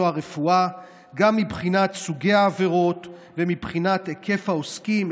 הרפואה גם מבחינת סוגי העבירות ומבחינת היקף העוסקים,